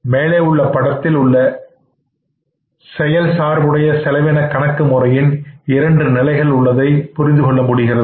மேலே உள்ள படத்தில் இந்த செயல் சார்புடைய செலவின கணக்கு முறையில் இரண்டு நிலைகள் உள்ளதை புரிந்து கொள்ள முடிகிறது